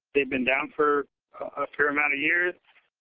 they've been down for a fair amount of years.